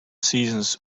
seasons